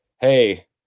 Hey